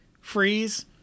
freeze